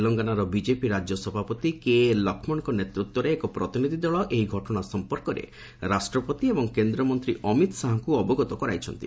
ତେଲଙ୍ଗାନାର ବିଜେପି ରାଜ୍ୟ ସଭାପତି କେଏଲ୍ ଲକ୍ଷ୍ମଣଙ୍କ ନେତୃତ୍ୱରେ ଏକ ପ୍ରତିନିଧି ଦଳ ଏହି ଘଟଣା ସଂପର୍କରେ ରାଷ୍ଟ୍ରପତି ଏବଂ କେନ୍ଦ୍ରମନ୍ତ୍ରୀ ଅମିତ ଶାହାଙ୍କୁ ଅବଗତ କରାଇଛନ୍ତି